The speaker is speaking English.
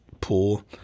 pool